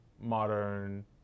modern